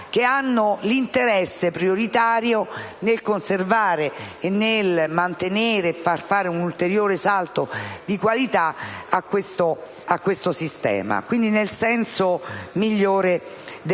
che hanno l'interesse prioritario nel conservare, nel mantenere e far fare un ulteriore salto di qualità a questo sistema, quindi nel senso migliore del termine.